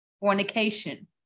fornication